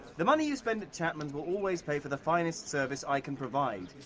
the money you spend at chapman's will always pay for the finest service i can provide.